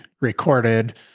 recorded